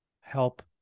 help